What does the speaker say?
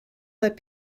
let